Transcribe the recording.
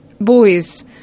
boys